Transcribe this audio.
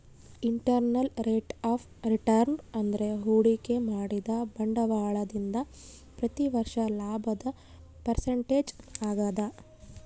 internal rate of return ಅಂದ್ರೆ ಹೂಡಿಕೆ ಮಾಡಿದ ಬಂಡವಾಳದಿಂದ ಪ್ರತಿ ವರ್ಷ ಲಾಭದ ಪರ್ಸೆಂಟೇಜ್ ಆಗದ